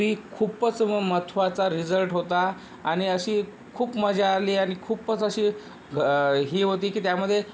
ती खूपच म महत्वाचा रिझल्ट होता आणि अशी खूप मजा आली आणि खूपच अशी घ ही होती की त्यामध्ये